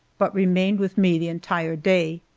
but remained with me the entire day.